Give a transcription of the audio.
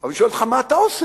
אבל אני שואל אותך מה אתה עושה.